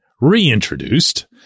Reintroduced